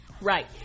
right